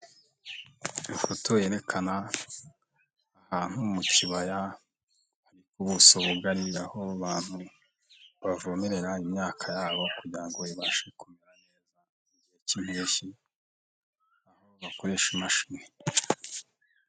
Ifoto yerekana ahantu mu kibaya, hari ubuso bugari, aho abantu bavomerera imyaka yabo kugira ngo ibashe kumera neza mugihe k'impeshyi, aho bakoresha imashini.